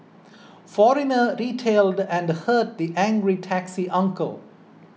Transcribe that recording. foreigner retailed and hurt the angry taxi uncle